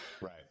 Right